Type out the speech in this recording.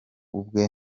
ubwe